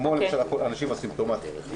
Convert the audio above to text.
כמו למשל אנשים אסימפטומטיים,